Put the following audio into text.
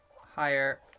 higher